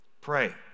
Pray